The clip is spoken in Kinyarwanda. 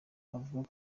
avuga